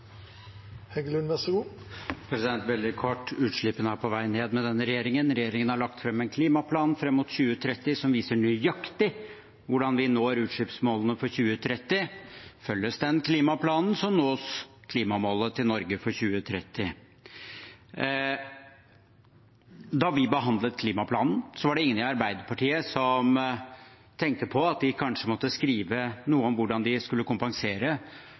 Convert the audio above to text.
Veldig kort. Utslippene er på vei ned med denne regjeringen. Regjeringen har lagt fram en klimaplan fram mot 2030 som viser nøyaktig hvordan vi når utslippsmålene for 2030. Følges den klimaplanen, nås klimamålet til Norge for 2030. Da vi behandlet klimaplanen, var det ingen i Arbeiderpartiet som tenkte på at de kanskje måtte skrive noe om hvordan de skulle kompensere